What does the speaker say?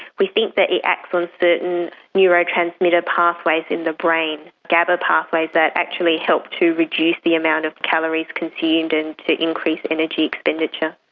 we think that it acts on certain neurotransmitter pathways in the brain, gaba pathways that actually help to reduce the amount of calories consumed and to increase energy expenditure.